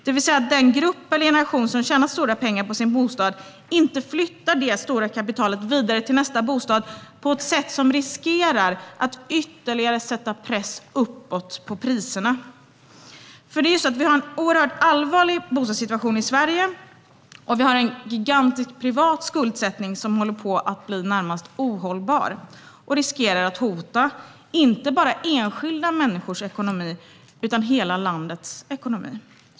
Det vill säga den grupp eller generation som har tjänat stora pengar på sin bostad flyttar inte sitt stora kapital vidare till nästa bostad, och det riskerar att priserna ytterligare pressas uppåt. Vi har en oerhört allvarlig bostadssituation i Sverige, och vi har en gigantiskt privat skuldsättning som håller på att bli närmast ohållbar. Den hotar inte bara enskilda människors ekonomi utan hela landets ekonomi.